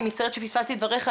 אני מצטערת שפספסתי את דבריך,